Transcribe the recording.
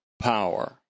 Power